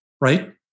right